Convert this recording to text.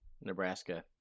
Nebraska